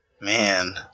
Man